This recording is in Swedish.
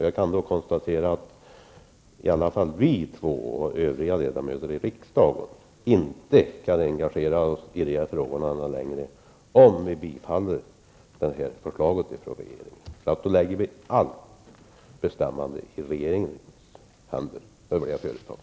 Jag kan dock konstatera att i varje fall vi två och övriga ledamöter i riksdagen inte kan engagera oss i dessa frågor längre om vi bifaller förslaget från regeringen. Då lägger vi hela bestämmanderätten hos regeringen.